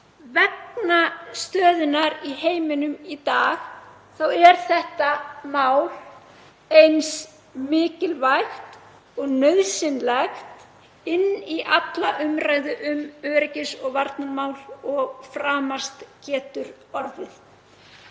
Vegna stöðunnar í heiminum í dag er þetta mál eins mikilvægt og nauðsynlegt inn í alla umræðu um öryggis- og varnarmál og framast getur orðið.